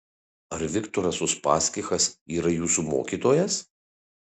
ar viktoras uspaskichas yra jūsų mokytojas